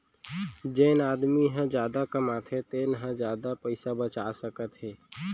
जेन आदमी ह जादा कमाथे तेन ह जादा पइसा बचा सकत हे